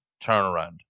turnaround